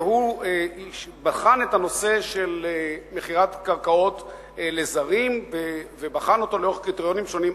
והוא בחן את הנושא של מכירת קרקעות לזרים לאור קריטריונים שונים.